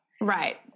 Right